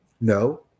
No